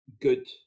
good